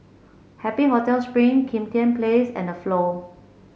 Happy Hotel Spring Kim Tian Place and The Flow